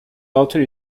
alter